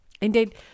Indeed